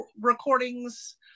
recordings